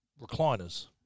recliners